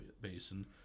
basin